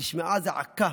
נשמעה זעקה